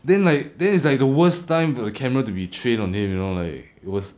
then like then it's like the worst time to the camera to be trained on him you know like it was